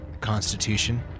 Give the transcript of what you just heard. Constitution